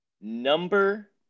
Number